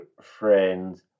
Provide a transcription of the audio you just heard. friends